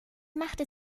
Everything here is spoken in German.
machte